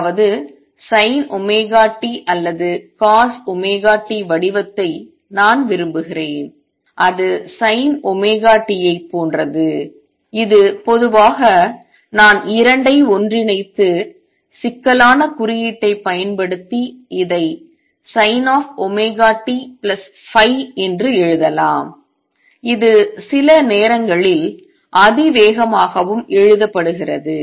அதாவது sinωt அல்லது cosωt வடிவத்தை நான் விரும்புகிறேன் அது sinωt ஐ போன்றது இது பொதுவாக நான் 2 ஐ ஒன்றிணைத்து சிக்கலான குறியீட்டைப் பயன்படுத்தி இதை sin⁡ωtϕ என்று எழுதலாம் இது சில நேரங்களில் அதிவேகமாகவும் எழுதப்படுகிறது